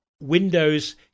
Windows